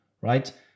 right